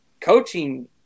coaching